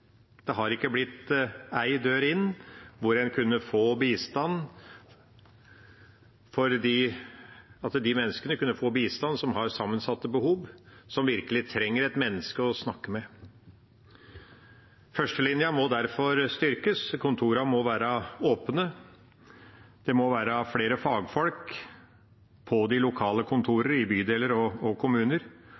det har ikke blitt én dør inn til å få bistand for de menneskene som har sammensatte behov, og som virkelig trenger et menneske å snakke med. Førstelinja må derfor styrkes, kontorene må være åpne, det må være flere fagfolk på de lokale kontorene i bydeler og kommuner, og